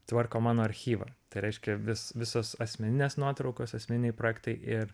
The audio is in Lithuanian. tvarko mano archyvą tai reiškia vis visos asmeninės nuotraukos asmeniniai projektai ir